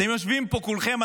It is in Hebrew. אתם יושבים פה כולכם,